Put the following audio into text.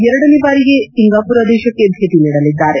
ಎರಡನೇ ಬಾರಿಗೆ ಸಿಂಗಾಪುರ ದೇಶಕ್ಕೆ ಭೇಟ ನೀಡಲಿದ್ದಾರೆ